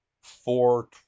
four